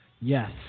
yes